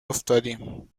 افتادیم